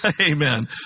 amen